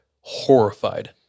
horrified